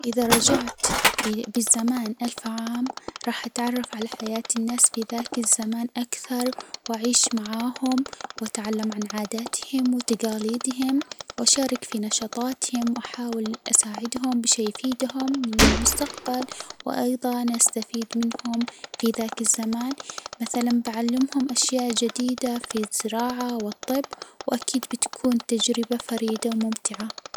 إذا رجعت بالزمان ألف عام راح أتعرف على حياة الناس في ذاك الزمان أكثر، وأعيش معاهم، وأتعلم عن عاداتهم وتجاليدهم، وأشارك في نشاطاتهم، وأحاول أساعدهم بشي يفيدهم من المستقبل، وأيضاً أستفيد منهم في ذاك الزمان مثلاً بعلمهم أشياء جديدة في الزراعة والطب، وأكيد بتكون تجربة فريدة وممتعة.